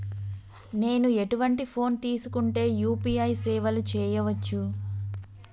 నేను ఎటువంటి ఫోన్ తీసుకుంటే యూ.పీ.ఐ సేవలు చేయవచ్చు?